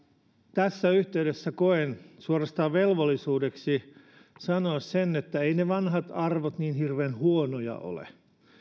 tässä yhteydessä koen suorastaan velvollisuudeksi sanoa sen että eivät ne vanhat arvot niin hirveän huonoja ole